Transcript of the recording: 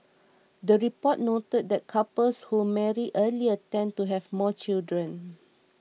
the report noted that couples who marry earlier tend to have more children